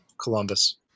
columbus